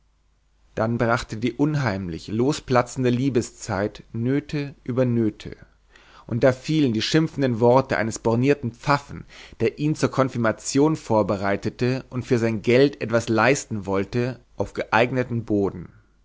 dann brachte die unheimlich losplatzende liebeszeit nöte über nöte und da fielen die schimpfenden worte eines bornierten pfaffen der ihn zur konfirmation vorbereitete und für sein geld etwas leisten woll te auf geeigneten boden